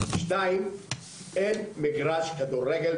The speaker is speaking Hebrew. אין מגרש כדורגל,